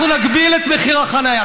אנחנו נגביל את מחיר החניה.